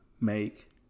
make